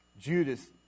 Judas